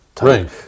Right